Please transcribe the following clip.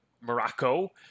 Morocco